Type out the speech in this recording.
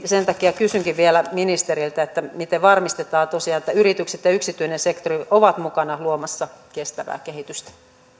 sen takia kysynkin vielä ministeriltä miten varmistetaan tosiaan se että yritykset ja yksityinen sektori ovat mukana luomassa kestävää kehitystä